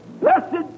Blessed